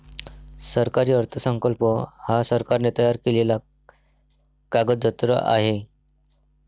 सरकारी अर्थसंकल्प हा सरकारने तयार केलेला कागदजत्र आहे